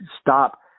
stop